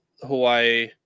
Hawaii